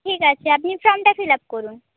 ঠিক আছে আপনি ফর্মটা ফিল আপ করুন